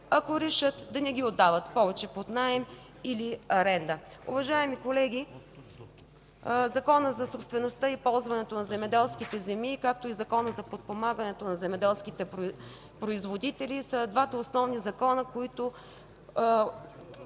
ако решат да не ги отдадат повече под наем или аренда. Уважаеми колеги, Законът за собствеността и ползването на земеделските земи, както и Законът за подпомагането на земеделските производители, са двата основни закона, които